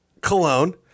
Cologne